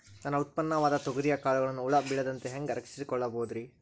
ನನ್ನ ಉತ್ಪನ್ನವಾದ ತೊಗರಿಯ ಕಾಳುಗಳನ್ನ ಹುಳ ಬೇಳದಂತೆ ಹ್ಯಾಂಗ ರಕ್ಷಿಸಿಕೊಳ್ಳಬಹುದರೇ?